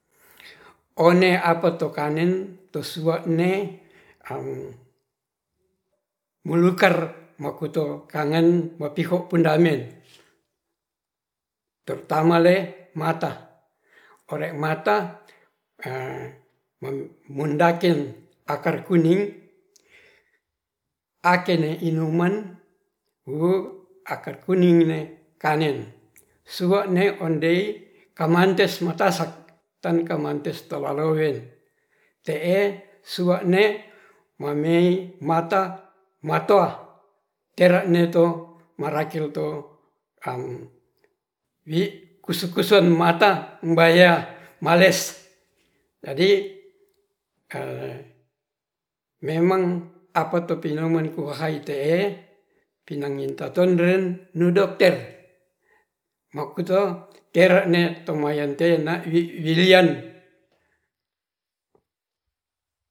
One apato kangen tu suan melekar makuto kangen mapiho pundangen teptamale mata, ore mata me mundaken akar kuning akene inuman wuu akar kuning ne ondei kamantes matasar tan kamantes tolalowen te'e sua'ne mamei mata matoa tera neto marakel to wi kuselusen mata mbaya males jadi memang apato pinoman kohaete'e pinanginta tonren nu dokter makuto tera nee tomayan tena wi wilian.